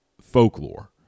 folklore